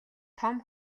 том